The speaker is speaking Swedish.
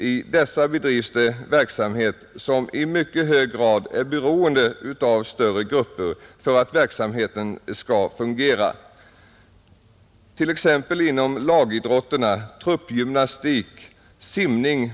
I dessa bedrivs verksamhet som i mycket hög grad är beroende av större grupper för att verksamheten skall fungera, t.ex. inom lagidrotterna, truppgymnastik och simning.